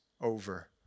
over